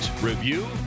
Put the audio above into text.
review